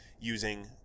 using